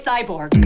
Cyborg